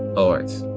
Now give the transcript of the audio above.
alright,